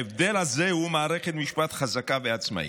ההבדל הזה "הוא מערכת משפט חזקה ועצמאית,